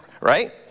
right